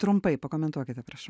trumpai pakomentuokite prašau